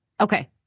Okay